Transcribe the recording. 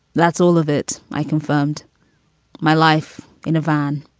that's all of it. i confirmed my life in a van.